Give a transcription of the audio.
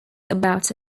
about